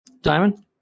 Diamond